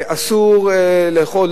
אסור לאכול,